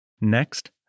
Next